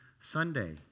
Sunday